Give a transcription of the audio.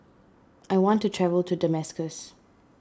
I want to travel to Damascus